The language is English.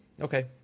Okay